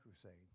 Crusade